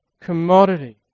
commodity